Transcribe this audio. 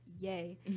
yay